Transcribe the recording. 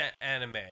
anime